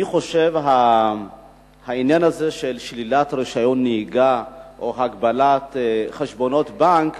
אני חושב שהעניין הזה של שלילת רשיון נהיגה או הגבלת חשבונות בנק,